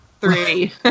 Three